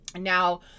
Now